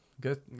good